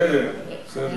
בסדר, בסדר.